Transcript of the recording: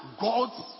God's